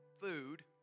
food